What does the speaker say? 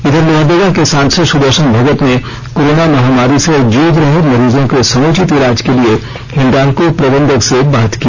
इधर लोहरदगा के सांसद सुदर्शन भगत ने कोरोना महामारी से जुझ रहे मरीजों के समुचित इलाज के लिए हिंडाल्को प्रबंधक से बात की